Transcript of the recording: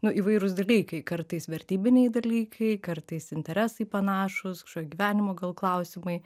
nu įvairūs dalykai kartais vertybiniai dalykai kartais interesai panašūs kažkokie gyvenimo gal klausimai